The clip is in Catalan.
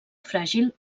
fràgil